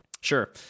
Sure